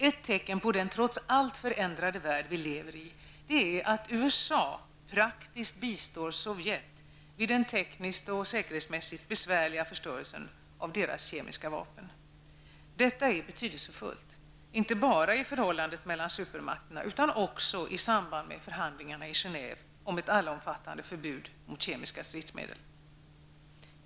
Ett tecken på den trots allt förändrade värld vi lever i är att USA praktiskt bistår Sovjet vid den tekniskt och säkerhetsmässigt besvärliga förstörelsen av de kemiska vapen. Detta är betydelsefullt, inte bara i förhållandet mellan supermakterna, utan också i samband med förhandlingarna i Genève om ett allomfattande förbud mot kemiska stridsmedel.